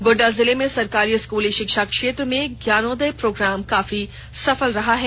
गोड्डा जिले में सरकारी स्कूली शिक्षा क्षेत्र में ज्ञानोदय प्रोग्राम काफी सफल रहा है